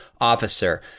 officer